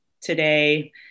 today